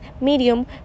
medium